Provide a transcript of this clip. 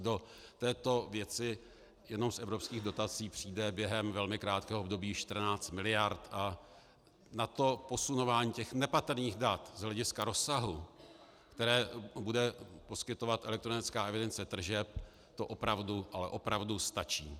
Do této věci jenom z evropských dotací přijde během velmi krátkého období 14 mld. a na posunování těch nepatrných dat z hlediska rozsahu, které bude poskytovat elektronická evidence tržeb, to opravdu, ale opravdu stačí.